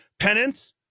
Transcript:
penance